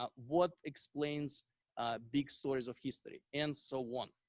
ah what explains big stories of history and so on.